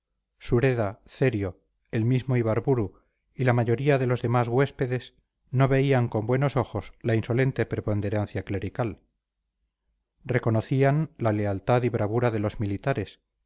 sureda cerio el mismo ibarburu y la mayoría de los demás huéspedes no veían con buenos ojos la insolente preponderancia clerical reconocían la lealtad y bravura de los militares